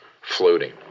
floating